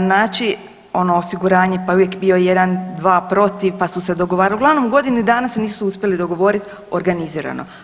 naći ono osiguranje, pa je uvijek bio jedan dva protiv, pa su se dogovarali, ali uglavnom godinu dana se nisu uspjeli dogovorit organizirano.